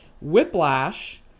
whiplash